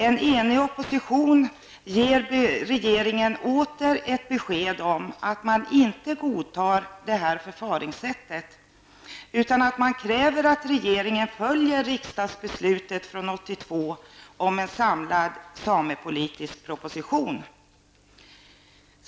En enig opposition ger nu åter regeringen ett besked om att man inte godtar detta förfaringssätt utan kräver att regeringen följer riksdagsbeslutet från 1982 om en samlad samepolitisk proposition.